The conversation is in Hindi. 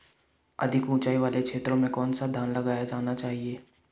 अधिक उँचाई वाले क्षेत्रों में कौन सा धान लगाया जाना चाहिए?